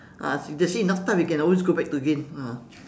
just see enough time we can always go back to again ah